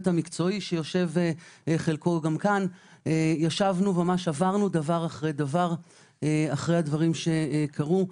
המקצועי שיושב חלקו כאן עברנו דבר אחרי דבר אחרי הדברים שקרו.